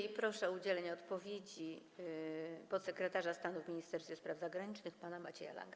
I proszę o udzielenie odpowiedzi podsekretarza stanu w Ministerstwie Spraw Zagranicznych pana Macieja Langa.